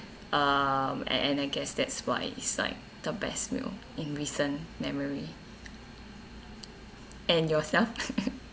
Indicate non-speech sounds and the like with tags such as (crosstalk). um and and I guess that's why it's like the best meal in recent memory and yourself (laughs)